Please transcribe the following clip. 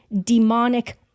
demonic